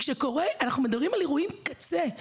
אנחנו מדברים על אירועי קצה,